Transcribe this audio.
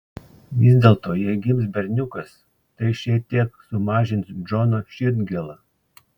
vis dėlto jei gims berniukas tai šiek tiek sumažins džono širdgėlą